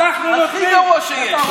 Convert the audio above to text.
הכי גרוע שיש,